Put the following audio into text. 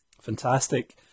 Fantastic